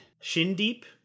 shin-deep